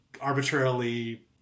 arbitrarily